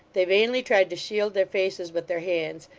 they vainly tried to shield their faces with their hands,